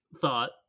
thought